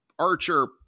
Archer